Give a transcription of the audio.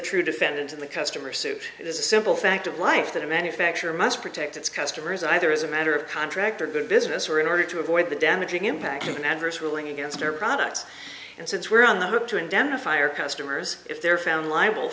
true defendant in the customer suit it is a simple fact of life that a manufacturer must protect its customers either as a matter of contract or good business or in order to avoid the damaging impact of an adverse ruling against our products and since we're on the hook to indemnify or customers if they're found liable